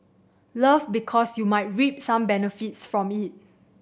love because you might reap some benefits from it